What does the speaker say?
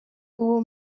uwo